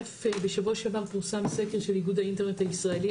א' בשבוע שעבר פורסם סקר של איגוד האינטרנט הישראלי,